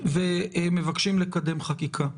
ומבקשים לקדם חקיקה,